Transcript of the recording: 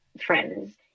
friends